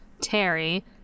Terry